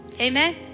Amen